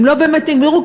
הם לא באמת נגמרו,